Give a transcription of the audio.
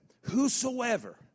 Whosoever